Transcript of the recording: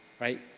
Right